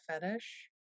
fetish